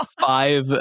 five